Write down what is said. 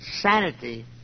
Sanity